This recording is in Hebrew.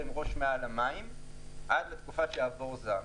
עם ראש מעל למים עד לתקופה שבה יעבור זעם.